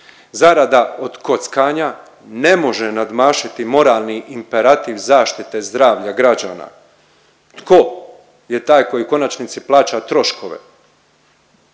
Zarada od kockanja ne može nadmašiti moralni imperativ zaštite zdravlja građana. Tko je taj koji u konačnici plaća troškove?